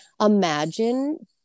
imagine